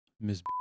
Miss